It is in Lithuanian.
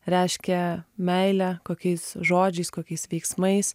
reiškia meilę kokiais žodžiais kokiais veiksmais